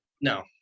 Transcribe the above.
No